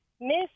Miss